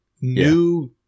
new